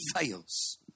fails